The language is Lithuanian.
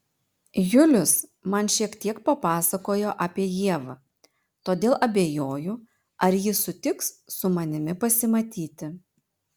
julius man šiek tiek papasakojo apie ievą todėl abejoju ar ji sutiks su manimi pasimatyti